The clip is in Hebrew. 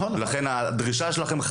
לכן הדרישה שלכם צריכה להיות,